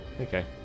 Okay